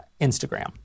Instagram